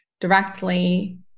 directly